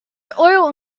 oil